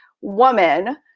woman